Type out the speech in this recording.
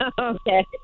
Okay